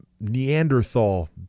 Neanderthal